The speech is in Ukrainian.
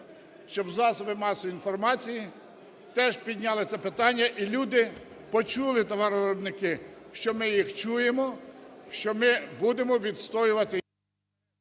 щоб засоби масової інформації теж підняли це питання, і люди почули, товаровиробники, що ми їх чуємо, що ми будемо відстоювати…